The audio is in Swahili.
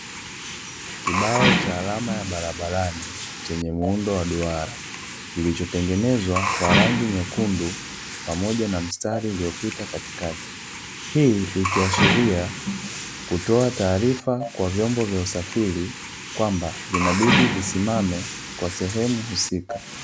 Kibao cha alama ya barabarani chenye muundo wa duara, kilichotengenezwa kwa rangi nyekundu pamoja na mstari uliopita katikati. Hii ikiashiria kutoa taarifa kwa vyombo vya usafiri kwamba inabidi visimame kwa sehemu husika.